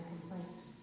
complaints